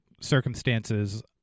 circumstances